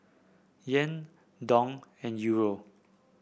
Yen Dong and Euro